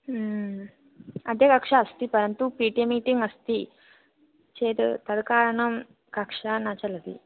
अद्य कक्षा अस्ति परन्तु पि टि एम् इति अस्ति चेत् तत् तत् कारणं कक्षा न चलति